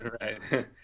Right